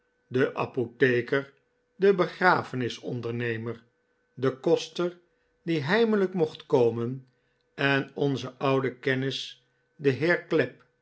de apotheker de begrafenis ondernemer de koster die heimelijk mocht komen en onze oude kennis de heer clapp